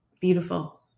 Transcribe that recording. Beautiful